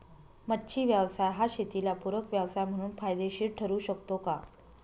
मच्छी व्यवसाय हा शेताला पूरक व्यवसाय म्हणून फायदेशीर ठरु शकतो का?